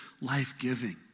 life-giving